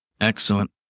Excellent